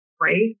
Right